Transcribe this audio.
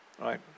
right